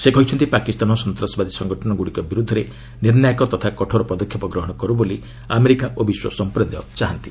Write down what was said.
ସେ କହିଛନ୍ତି ପାକିସ୍ତାନ ସନ୍ତାସବାଦୀ ସଙ୍ଗଠନଗୁଡ଼ିକ ବିରୁଦ୍ଧରେ ନିର୍ଣ୍ଣାୟକ ତଥା କଠୋର ପଦକ୍ଷେପ ଗ୍ରହଣ କରୁ ବୋଲି ଆମେରିକା ଓ ବିଶ୍ୱ ସମ୍ପ୍ରଦାୟ ଚାହାନ୍ତି